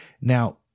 Now